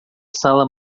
sala